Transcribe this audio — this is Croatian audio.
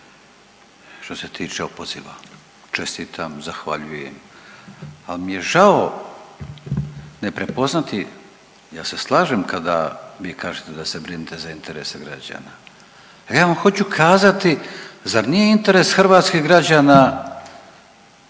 što se tiče opoziva. Čestitam, zahvaljujem. Ali mi je žao ne prepoznati, ja se slažem kada vi kažete da se brinete za interese građana, a ja vam hoću kazati, zar nije interes hrvatskih građana